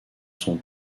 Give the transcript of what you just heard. son